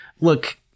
Look